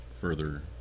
further